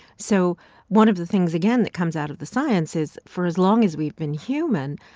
so one of the things, again, that comes out of the science is for as long as we've been human,